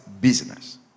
business